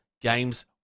games